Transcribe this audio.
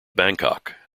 bangkok